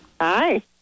Hi